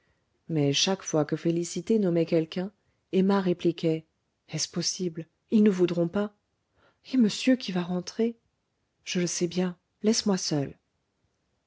mais chaque fois que félicité nommait quelqu'un emma répliquait est-ce possible ils ne voudront pas et monsieur qui va rentrer je le sais bien laisse-moi seule